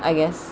I guess